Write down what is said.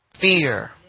fear